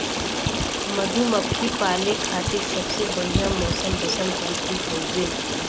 मधुमक्खी पाले खातिर सबसे बढ़िया मौसम वसंत ऋतु हउवे